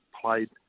played